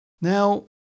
now